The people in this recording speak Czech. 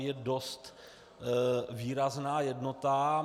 Je to dost výrazná jednota.